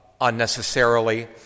unnecessarily